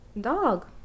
Dog